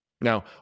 Now